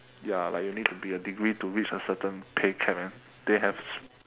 ya like you need to be a degree to reach a certain pay cheque and they have